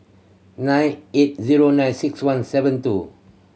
nine eight zero nine six one seven two